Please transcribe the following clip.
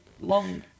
long